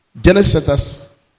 Genesis